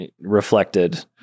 reflected